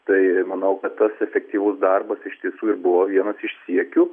tai manau kad tas efektyvus darbas iš tiesų ir buvo vienas iš siekių